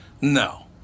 No